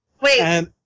Wait